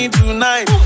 tonight